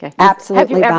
and absolutely yeah